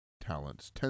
talents